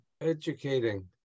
Educating